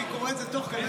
אני קורא את זה תוך כדי,